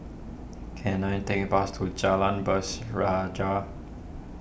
can I take a bus to Jalan